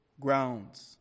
grounds